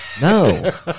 No